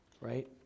right